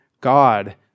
God